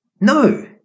no